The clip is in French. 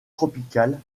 tropicales